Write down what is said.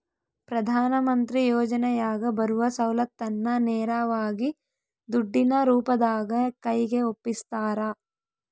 ಪ್ರಧಾನ ಮಂತ್ರಿ ಯೋಜನೆಯಾಗ ಬರುವ ಸೌಲತ್ತನ್ನ ನೇರವಾಗಿ ದುಡ್ಡಿನ ರೂಪದಾಗ ಕೈಗೆ ಒಪ್ಪಿಸ್ತಾರ?